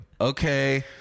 okay